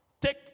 Take